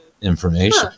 Information